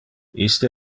iste